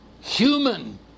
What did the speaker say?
human